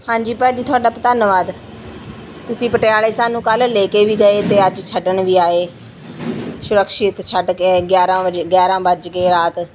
ਹਾਂਜੀ ਭਾਅ ਜੀ ਤੁਹਾਡਾ ਧੰਨਵਾਦ ਤੁਸੀਂ ਪਟਿਆਲਾ ਸਾਨੂੰ ਕੱਲ੍ਹ ਲੈ ਕੇ ਵੀ ਗਏ ਤੇ ਅੱਜ ਛੱਡਣ ਵੀ ਆਏ ਸੁਰੱਖਿਅਤ ਛੱਡ ਗਏ ਗਿਆਰਾਂ ਵਜੇ ਗਿਆਰਾਂ ਵੱਜ ਗਏ ਰਾਤ